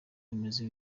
bimeze